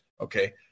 okay